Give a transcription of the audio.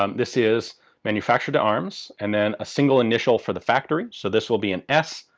um this is manufacture d'armes, and then a single initial for the factory, so this will be an s,